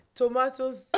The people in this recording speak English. tomatoes